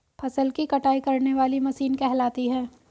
फसल की कटाई करने वाली मशीन कहलाती है?